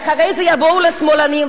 ואחרי זה יבואו לשמאלנים,